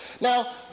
Now